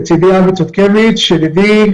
לצידי אבי צודקביץ ידידי.